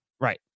Right